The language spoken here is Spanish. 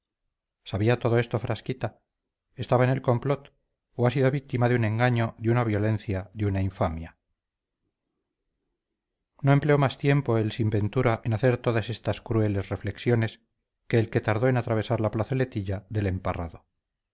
sabía todo esto frasquita estaba en el complot o ha sido víctima de un engaño de una violencia de una infamia no empleó más tiempo el sin ventura en hacer todas estas crueles reflexiones que el que tardó en atravesar la plazoletilla del emparrado